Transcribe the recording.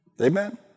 Amen